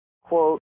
quote